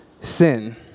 sin